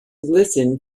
listen